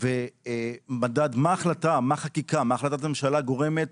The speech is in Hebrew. מה החלטת הממשלה גורמת,